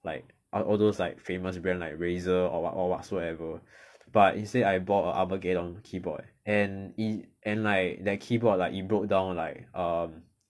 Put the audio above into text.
like all all those like famous brand like Razor or what or whatsoever but instead I bought a Armageddon keyboard and it and like that keyboard like it broke down like um